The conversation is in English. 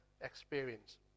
experience